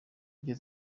ryo